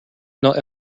not